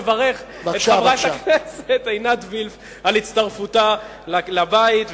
לברך את חברת הכנסת עינת וילף על הצטרפותה לבית,